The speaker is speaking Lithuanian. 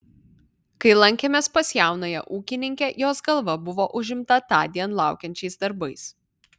kai lankėmės pas jaunąją ūkininkę jos galva buvo užimta tądien laukiančiais darbais